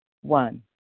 One